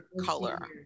color